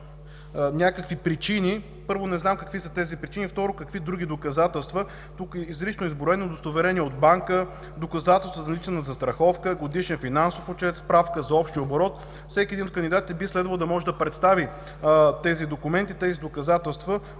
някакви причини, първо, не знаем какви са тези причини, второ – какви други доказателства. Тук изрично са изброени: удостоверения от банка, доказателства за наличие на застраховка „Професионална отговорност”, годишните финансови отчети, справка за общия оборот. Всеки един от кандидатите би следвало да може да представи тези документи, тези доказателства.